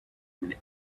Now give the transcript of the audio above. today